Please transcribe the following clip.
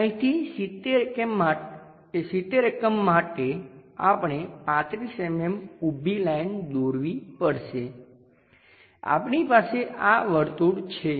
તેથી અહીંથી 70 એકમ માટે આપણે 35 mm ઉભી લાઈન દોરવી પડશે આપણી પાસે આ વર્તુળ છે